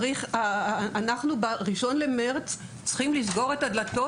ואנחנו ב-1 מרץ צריכים לסגור את הדלתות